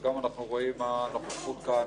וגם כי אנחנו רואים מה הנוכחות כאן